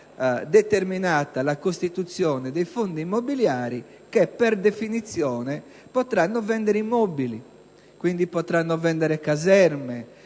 determinata la costituzione di fondi immobiliari, che, per definizione, potranno vendere immobili. Quindi, potranno vendere caserme,